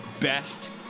best